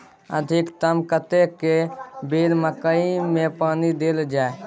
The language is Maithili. अधिकतम कतेक बेर मकई मे पानी देल जाय?